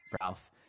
Ralph